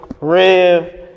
Rev